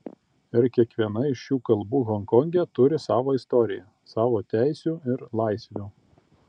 ir kiekviena iš šių kalbų honkonge turi savo istoriją savo teisių ir laisvių